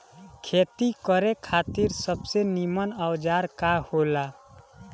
खेती करे खातिर सबसे नीमन औजार का हो ला?